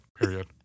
period